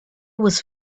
was